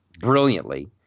brilliantly